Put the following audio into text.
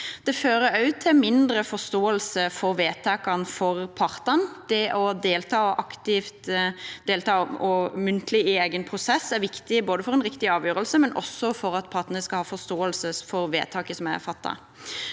Det fører også til mindre forståelse for vedtakene hos partene – det å få delta aktivt og muntlig i egen prosess er viktig både for å få en riktig avgjørelse og for at partene skal ha forståelse for vedtaket